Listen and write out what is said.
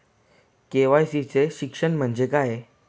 KYC चे शिक्षण म्हणजे काय?